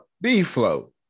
B-Flow